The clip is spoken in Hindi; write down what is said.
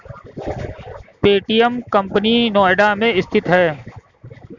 पे.टी.एम कंपनी नोएडा में स्थित है